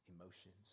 emotions